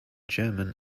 german